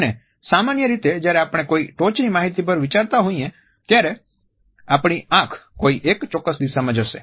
અને સામાન્ય રીતે જ્યારે આપણે કોઈ ટોચની માહિતી પર વિચારતા હોઈએ ત્યારે આપણી આંખો કોઈ એક ચોક્કસ દિશામાં જશે